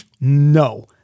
no